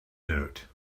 note